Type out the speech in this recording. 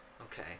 okay